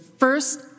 First